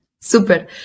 Super